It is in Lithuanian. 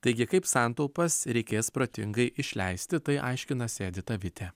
taigi kaip santaupas reikės protingai išleisti tai aiškinasi edita vitė